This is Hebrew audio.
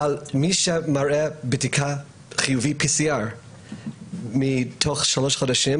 אבל מי שמראה בדיקה חיובית PCR תוך שלושה חודשים